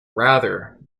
rather